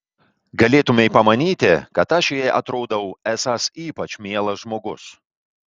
galėtumei pamanyti kad aš jai atrodau esąs ypač mielas žmogus